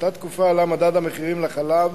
באותה תקופה עלה מדד המחירים לחלב